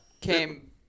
came